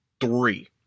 three